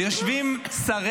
זה לא החוק